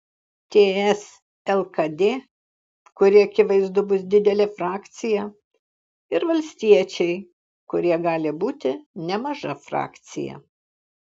ts lkd kuri akivaizdu bus didelė frakcija ir valstiečiai kurie gali būti nemaža frakcija